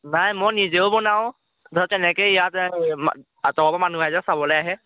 নাই মই নিজেও বনাওঁ ধৰ তেনেকৈ ইয়াত আতপা মানুহ আহিলে চাবলৈ আহে